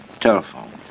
telephone